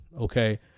Okay